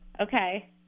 Okay